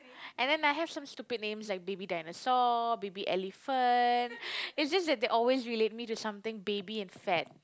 and then I have some stupid names like Baby Dinosaur Baby Elephant it's just that they always relate me to something baby and fat